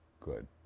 good